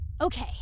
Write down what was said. Okay